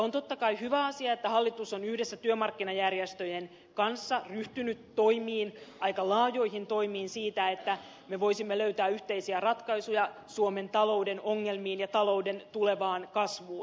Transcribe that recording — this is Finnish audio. on totta kai hyvä asia että hallitus on yhdessä työmarkkinajärjestöjen kanssa ryhtynyt toimiin aika laajoihin toimiin siitä että me voisimme löytää yhteisiä ratkaisuja suomen talouden ongelmiin ja talouden tulevaan kasvuun